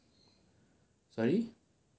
sorry